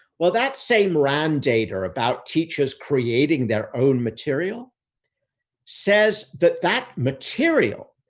well, that same rand data about teachers creating their own material says that that material,